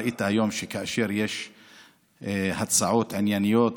ראית היום שכאשר יש הצעות ענייניות,